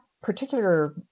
particular